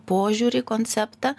požiūrį konceptą